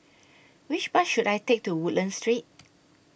Which Bus should I Take to Woodlands Street